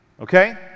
Okay